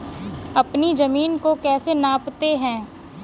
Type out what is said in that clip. अपनी जमीन को कैसे नापते हैं?